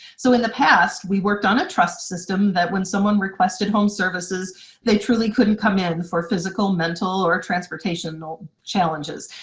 so in the past we worked on a trust system that when someone requested home services they truly couldn't come in for physical, mental, or transportational challenges.